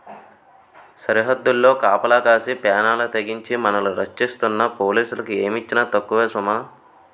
సరద్దుల్లో కాపలా కాసి పేనాలకి తెగించి మనల్ని రచ్చిస్తున్న పోలీసులకి ఏమిచ్చినా తక్కువే సుమా